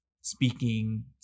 speaking